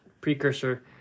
precursor